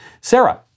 Sarah